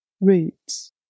roots